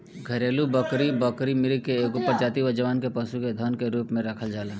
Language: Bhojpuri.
घरेलु बकरी, बकरी मृग के एगो प्रजाति ह जवना के पशु के धन के रूप में राखल जाला